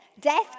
Death